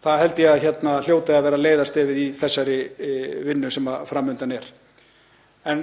Ég held að það hljóti að vera leiðarstefið í þeirri vinnu sem fram undan er. Ég